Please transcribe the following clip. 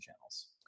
channels